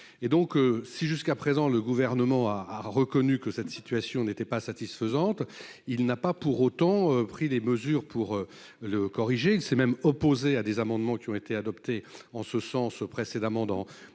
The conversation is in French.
et donc si jusqu'à présent, le gouvernement a a reconnu que cette situation n'était pas satisfaisante, il n'a pas pour autant pris des mesures pour le corriger, il s'est même opposé à des amendements qui ont été adoptés en ce sens, précédemment dans dans